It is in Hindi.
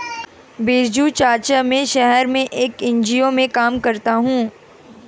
बिरजू चाचा, मैं शहर में एक एन.जी.ओ में काम करती हूं